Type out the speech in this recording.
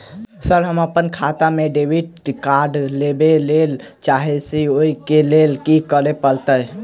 Sir हम अप्पन खाता मे डेबिट कार्ड लेबलेल चाहे छी ओई लेल की परतै?